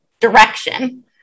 direction